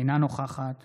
אינה נוכחת